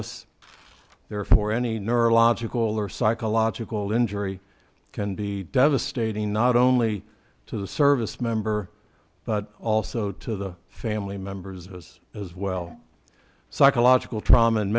us therefore any neurological or psychological injury can be devastating not only to the service member but also to the family members as as well psychological trauma in